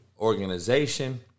organization